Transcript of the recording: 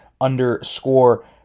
underscore